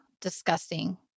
disgusting